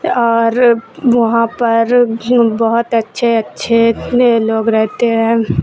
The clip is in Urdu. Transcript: اور وہاں پر بہت اچھے اچھے لوگ رہتے ہیں